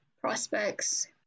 prospects